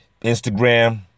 Instagram